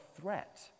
threat